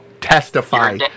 Testify